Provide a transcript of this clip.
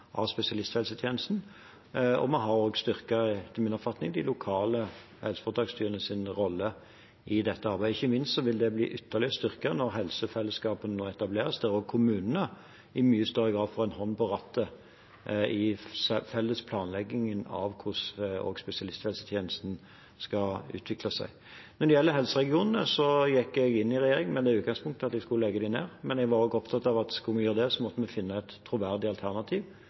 av spesialisthelsetjenesten, og vi har også, etter min oppfatning, styrket de lokale helseforetakstyrenes rolle i dette arbeidet. Ikke minst vil det bli ytterligere styrket når helsefellesskapene nå etableres, der kommunene i mye større grad får en hånd på rattet i den felles planleggingen av hvordan spesialisthelsetjenesten skal utvikle seg. Når det gjelder helseregionene, gikk jeg inn i regjering med det utgangspunktet at jeg skulle legge dem ned, men jeg var også opptatt av at skulle vi gjøre det, måtte vi finne et troverdig alternativ.